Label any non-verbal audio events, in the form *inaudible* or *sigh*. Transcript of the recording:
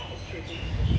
*noise*